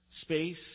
space